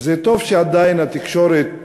זה טוב שעדיין התקשורת,